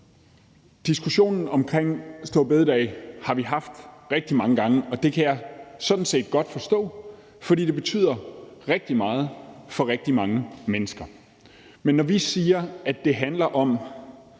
Diskussionen om store bededag har vi haft rigtig mange gange, og det kan jeg sådan set godt forstå, for det betyder rigtig meget for rigtig mange mennesker. Men når vi siger, at det handler om